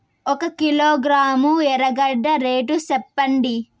ఒక కిలోగ్రాము ఎర్రగడ్డ రేటు సెప్పండి?